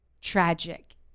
tragic